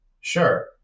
Sure